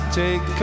take